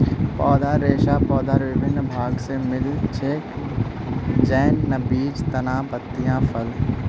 पौधार रेशा पौधार विभिन्न भाग स मिल छेक, जैन न बीज, तना, पत्तियाँ, फल